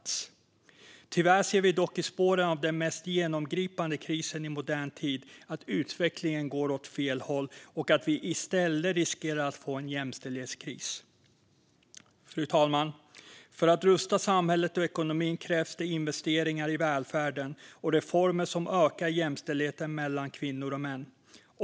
Tyvärr ser vi dock i spåren av den mest genomgripande krisen i modern tid att utvecklingen går åt fel håll och att vi i stället riskerar att få en jämställdhetskris. Fru talman! För att rusta samhället och ekonomin krävs det investeringar i välfärden och reformer som ökar jämställdheten mellan kvinnor och män.